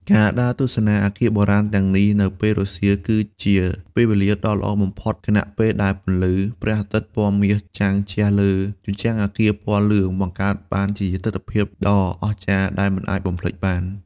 ការដើរទស្សនាអគារបុរាណទាំងនេះនៅពេលរសៀល គឺជាពេលវេលាដ៏ល្អបំផុត ខណៈពេលដែលពន្លឺព្រះអាទិត្យពណ៌មាសចាំងជះលើជញ្ជាំងអគារពណ៌លឿង បង្កើតបានជាទិដ្ឋភាពដ៏អស្ចារ្យដែលមិនអាចបំភ្លេចបាន។